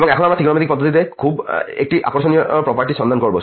এবং এখন আমরা ত্রিকোণমিতিক পদ্ধতিতে একটি খুব আকর্ষণীয় প্রপারটির সন্ধান করব